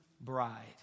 bride